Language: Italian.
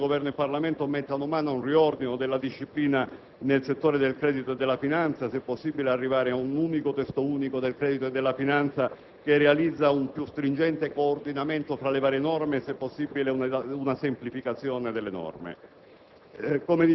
complessivamente il Governo e il Parlamento mettano mano ad un riordino della disciplina nel settore del credito e della finanza, arrivando se possibile ad un Testo unico unitario del credito e della finanza, che realizzi un più stringente coordinamento tra le varie norme e se possibile una semplificazione delle stesse.